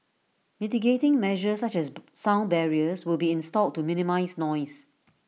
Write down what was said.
mitigating measures such as sound barriers will be installed to minimise noise